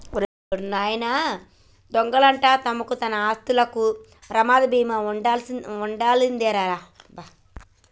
ఓ నాయనా దొంగలంట తరమకు, మన ఆస్తులకి ప్రమాద బీమా ఉండాదిలే రా రా